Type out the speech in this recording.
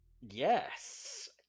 Yes